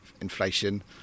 inflation